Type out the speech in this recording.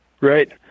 Right